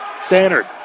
Standard